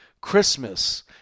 Christmas